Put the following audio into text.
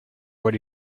what